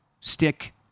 Stick